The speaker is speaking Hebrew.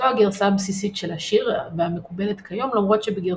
זו הגרסה הבסיסית של השיר והמקובלת כיום,